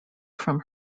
from